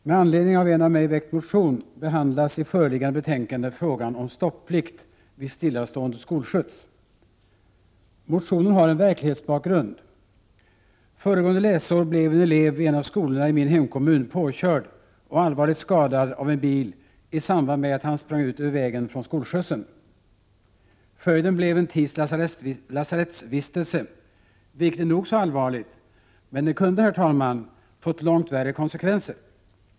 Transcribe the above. Herr talman! Med anledning av en av mig väckt motion behandlas i föreliggande betänkande frågan om stopplikt vid stillastående skolskjuts. Motionen har en verklighetsbakgrund. Föregående läsår blev en elev vid en av skolorna i min hemkommun påkörd och allvarligt skadad av en bil i samband med att han sprang ut över vägen från skolskjutsen. Följden blev en tids lasarettsvistelse, vilket är nog så allvarligt, men det kunde, herr talman, ha fått långt värre konsekvenser.